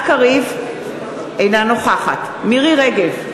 אינה נוכחת מירי רגב,